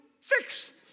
fix